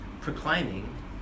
proclaiming